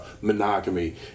monogamy